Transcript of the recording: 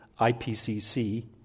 IPCC